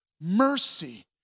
Mercy